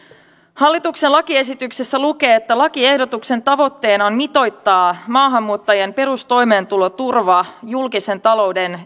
hallituksen lakiesityksessä lukee että lakiehdotuksen tavoitteena on mitoittaa maahanmuuttajien perustoimeentuloturva julkisen talouden